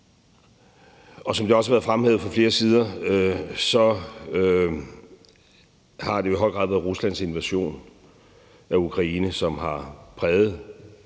Som det også har været fremhævet fra flere sider, har det i høj grad været Ruslands invasion af Ukraine, som har præget